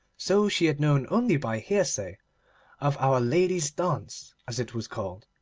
so she had known only by hearsay of our lady's dance as it was called,